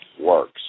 works